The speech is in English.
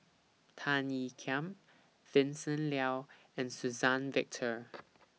Tan Ean Kiam Vincent Leow and Suzann Victor